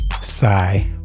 Sigh